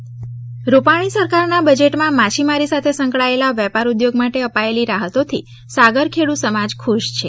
વેરાવળ માછીમાર રૂપાણી સરકારના બજેટમાં માછીમારી સાથે સંકળાયેલા વેપાર ઉદ્યોગ માટે અપાયેલી રાહતોથી સાગરખેડુ સમાજ ખુશ છે